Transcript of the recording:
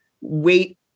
wait